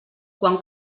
quan